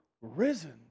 risen